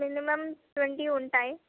minimum twenty ఉంటాయ్